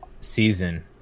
season